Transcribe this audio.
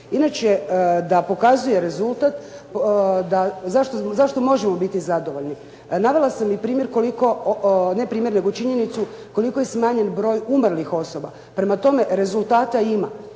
Inače, da pokazuje rezultat zašto možemo biti zadovoljni. Navela sam i činjenicu koliko je smanjen broj umrlih osoba. Prema tome, rezultata ima